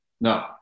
no